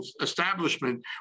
establishment